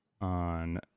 on